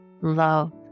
love